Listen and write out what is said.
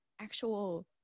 actual